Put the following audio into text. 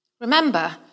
Remember